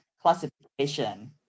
classification